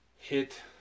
hit